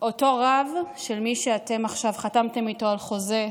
אותו רב של מי שאתם עכשיו חתמתם איתו על חוזה,